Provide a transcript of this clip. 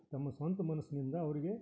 ತಮ್ಮ ಸ್ವಂತ ಮನಸ್ಸಿನಿಂದ ಅವರಿಗೆ